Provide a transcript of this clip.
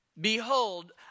Behold